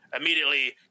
Immediately